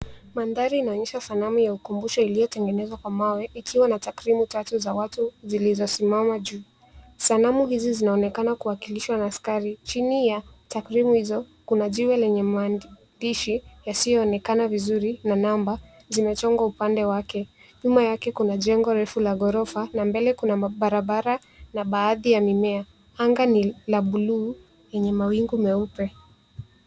Mandhali inaonyesha sanamu ya ukumbusho iliyotengenezwa kwa mawe. Ikiwa na takrimu tatu za watu zilizosimama juu. Sanamu hizi zinaonekana kuwakilishwa na askari chini ya takrimu hizo. Kuna jiwe lenye mwandishi isiyoonekana vizuri na namba zimechongwa upande wake. Nyuma yake kuna jengo refu la ghorofa na mbele kuna barabara na baadhi ya mimea anga ni la bluu lenye mawingu meupe.